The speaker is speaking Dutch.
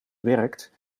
werkt